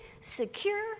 secure